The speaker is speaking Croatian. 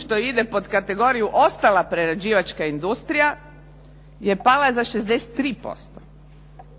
što ide pod kategoriju ostala prerađivačka industrija je pala za 63%